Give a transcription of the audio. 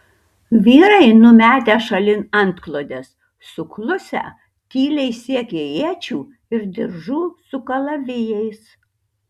vyrai numetę šalin antklodes suklusę tyliai siekė iečių ir diržų su kalavijais